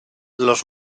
los